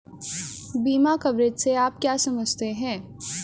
बीमा कवरेज से आप क्या समझते हैं?